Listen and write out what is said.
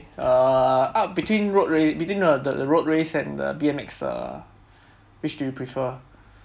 okay err uh between road ra~ between the the road race and the B_M_X uh which do you prefer